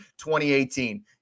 2018